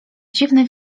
dziwne